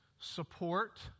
support